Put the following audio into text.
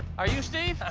are you steve?